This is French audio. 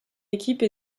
équipe